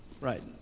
Right